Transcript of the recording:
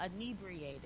inebriated